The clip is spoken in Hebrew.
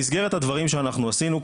במסגרת הדברים שאנחנו עשינו,